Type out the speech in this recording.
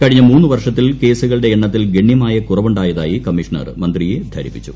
കഴിഞ്ഞ മൂന്നു വർഷത്തിൽ കേസുകളുടെ എണ്ണത്തിൽ ഗണ്യമായ കുറവുണ്ടായതായി കമ്മീഷണർ മന്ത്രിയെ ധരിപ്പിച്ചു